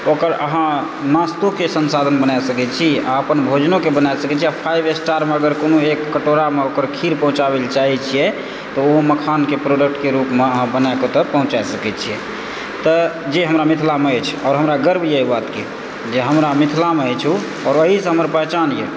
ओकर अहाँ नाश्तोके संसाधन बना सकै छी आओर अपन भोजनोके बनाय सकै छी आओर फाइव स्टारमे अगर कोनो एक कटोरामे ओकर खीर पहुँचाबैले चाहै छियै तऽ ओ मखानके प्रोडक्टके रूपमे बनाके अहाँ ओतौ पहुँचा सकै छियै तऽ जे हमरा मिथिलामे अछि आओर हमरा गर्व यऽ एहि बातके जे हमरा मिथिलामे अछि ओ आओर ओहीसँ हमर पहचान यऽ